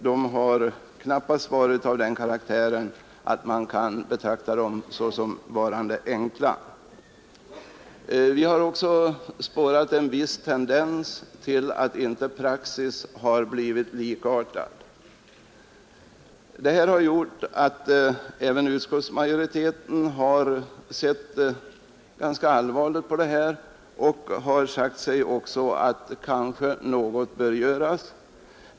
Dessa har knappast varit av den karaktären att man kan betrakta dem som enkla. Vi har också spårat en viss tendens till att praxis inte blivit likartad. Det har gjort att även utskottsmajoriteten har sett ganska allvarligt på det här och å ena sidan sagt sig att något kanske bör göras.